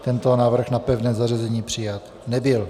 Tento návrh na pevné zařazení přijat nebyl.